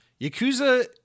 Yakuza